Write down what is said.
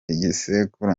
igisekuru